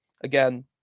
Again